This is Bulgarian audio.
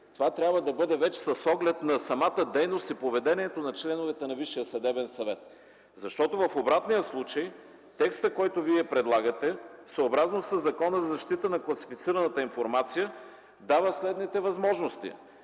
Това трябва да бъде вече с оглед на самата дейност и поведението на членовете на Висшия съдебен съвет. Защото в обратния случай текстът, който Вие предлагате съобразно Закона за защита на класифицираната информация, дава следните възможности: